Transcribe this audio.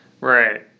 Right